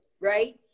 Right